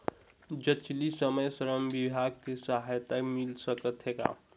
जचकी समय श्रम विभाग ले सहायता मिल सकथे का?